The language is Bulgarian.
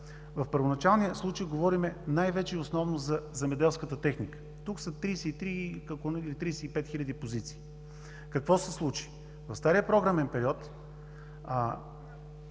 В първоначалния случай говорим най-вече и основно за земеделската техника. Тук са 35 хиляди позиции. Какво се случи? В стария програмен период